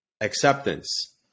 acceptance